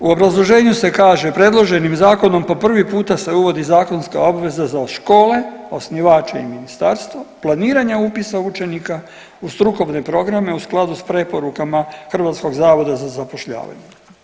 U obrazloženju se kaže predloženim zakonom po prvi puta se uvodi zakonska obveza za škole osnivače i ministarstvo, planiranja upisa učenika u strukovne programe u skladu sa preporukama Hrvatskog zavoda za zapošljavanje.